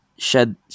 shed